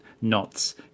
knots